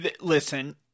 listen